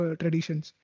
traditions